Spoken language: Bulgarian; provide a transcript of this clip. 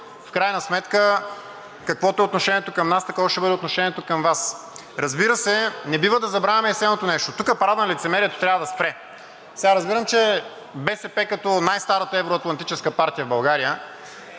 В крайна сметка, каквото е отношението към нас, такова ще бъде отношението към Вас. Разбира се, не бива да забравяме и следното нещо. Тук парадът на лицемерието трябва да спре. Разбирам, че БСП като най-старата евро-атлантическа партия в България